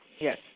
Yes